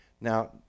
Now